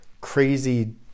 crazy